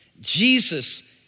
Jesus